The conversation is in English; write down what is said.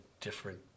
different